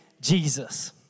Jesus